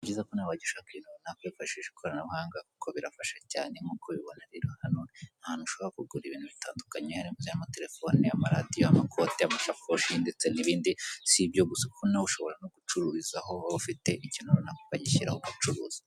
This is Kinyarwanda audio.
Ni byiza ko nawe wajya ushaka ibintu runaka ukoresheje ikoranabuhanga kuko birafasha cyane, nk'uko ubona rero hano ni ahantu ushobora kugurira ibintu bitandukanye harimo iby'amaterefone, amaradiyo, amakote, amashakoshi ndetse n'ibindi, sibyo gusa kuko nawe ushobora no gucururizaho ufite ikintu runaka ukagishyiraho ugacuruza.